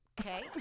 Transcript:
Okay